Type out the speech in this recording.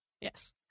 Yes